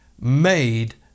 made